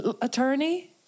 attorney